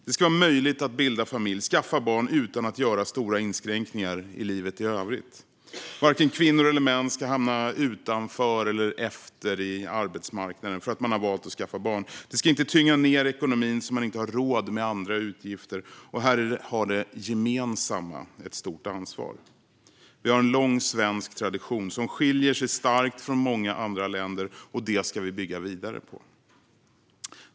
Det ska vara möjligt att bilda familj, att skaffa barn, utan att göra stora inskränkningar i livet i övrigt. Varken kvinnor eller män ska hamna utanför eller efter på arbetsmarknaden för att man har valt att skaffa barn. Det ska inte tynga ned ekonomin så att man inte har råd med andra utgifter. Här har det gemensamma ett stort ansvar. Vi har en lång svensk tradition som skiljer sig starkt från många andra länder, och det ska vi bygga vidare på.